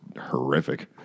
horrific